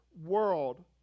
world